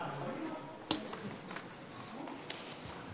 מה, יכול להיות,